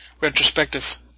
retrospective